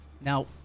Now